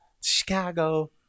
Chicago